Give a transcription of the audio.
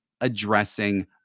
addressing